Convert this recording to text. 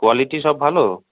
quality সব ভালো